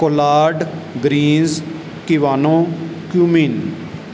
collard greens kiwano cumin